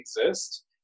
exist